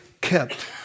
kept